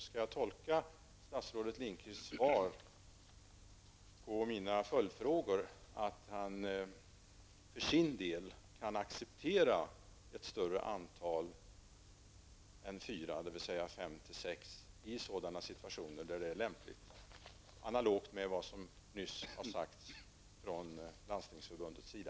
Skall jag tolka statsrådets Lindqvists svar på mina följdfrågor så att han för sin del kan acceptera ett större antal än fyra, dvs. fem till sex, i sådana situationer där det är lämpligt, analogt med vad som nyss har sagts från Landstingsförbundets sida?